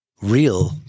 real